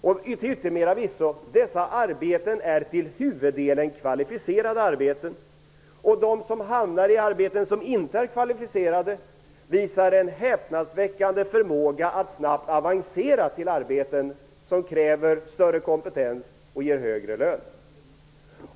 Till yttermera visso är dessa arbeten till huvuddelen kvalificerade arbeten. De som hamnar i arbeten som inte är kvalificerade visar en häpnadsväckande förmåga att snabbt avancera till arbeten som kräver större kompetens och ger högre lön.